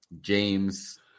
James